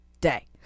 Day